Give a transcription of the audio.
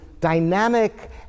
dynamic